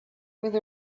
with